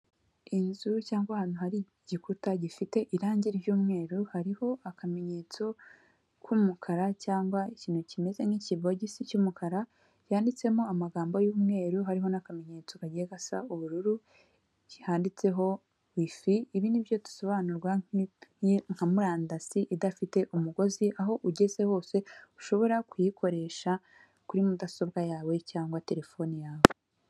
Inzu cyangwa ahantu hari igikuta gifite irangi ry'umweru, hariho akamenyetso k'umukara cyangwa ikintu kimeze nk'ikibogisi cy'umukara, cyanditsemo amagambo y'umweru hariho n'akamenyetso kagiye gasa ubururu handitseho wifi, ibi nibyo bisobanurwa nka murandasi idafite umugozi, aho ugeze hose ushobora kuyikoresha kuri mudasobwa yawe cyangwa telefone yawe.